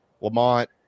Lamont